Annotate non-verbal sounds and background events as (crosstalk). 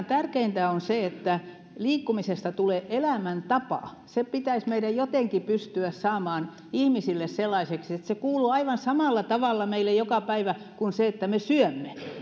(unintelligible) tärkeintä on se että liikkumisesta tulee elämäntapa se pitäisi meidän jotenkin pystyä saamaan ihmisille sellaiseksi että se kuuluu aivan samalla tavalla meille joka päivä kuin se että me syömme